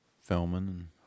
filming